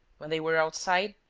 when they were outside,